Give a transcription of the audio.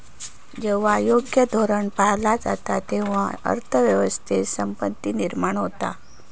जेव्हा योग्य धोरण पाळला जाता, तेव्हा अर्थ व्यवस्थेत संपत्ती निर्माण होता